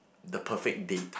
the perfect date